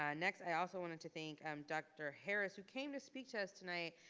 ah next, i also wanted to thank um dr. harris, who came to speak to us tonight,